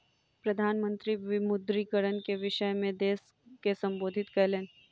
प्रधान मंत्री विमुद्रीकरण के विषय में देश के सम्बोधित कयलैन